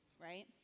right